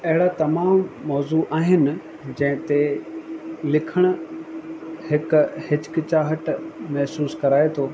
अहिड़ा तमाम मौज़ू आहिन जंहिं ते लिखण हिकु हिचकिचाहट महिसूसु कराए थो